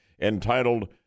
entitled